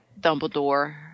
Dumbledore